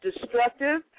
destructive